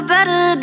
Better